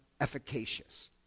efficacious